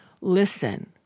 Listen